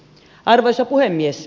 arvoisa puhemies